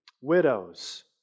widows